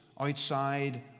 outside